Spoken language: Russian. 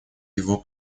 его